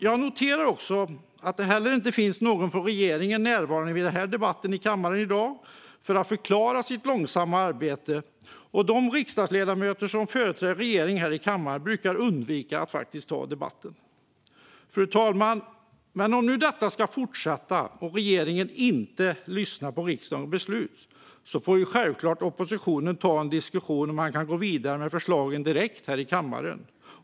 Jag noterar också att det inte finns någon från regeringen närvarande vid debatten här i kammaren i dag för att förklara sitt långsamma arbete, och de riksdagsledamöter som företräder regeringen här i kammaren brukar undvika att ta debatten. Fru talman! Om nu detta ska fortsätta, och regeringen inte lyssnar på riksdagens beslut, får oppositionen självklart ta en diskussion om att gå vidare med förslagen direkt här i kammaren.